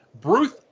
Bruce